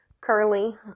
Curly